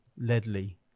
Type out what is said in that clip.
Ledley